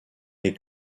les